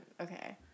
Okay